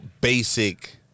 basic